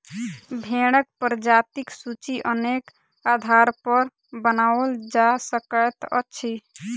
भेंड़क प्रजातिक सूची अनेक आधारपर बनाओल जा सकैत अछि